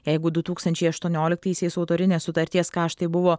jeigu du tūkstančiai aštuonioliktaisiais autorinės sutarties kaštai buvo